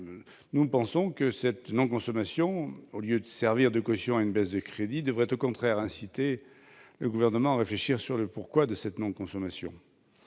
nous pensons que cette non-consommation au lieu de servir de caution à une baisse des crédits devrait au contraire inciter le gouvernement à réfléchir sur le pourquoi de cette non-consommation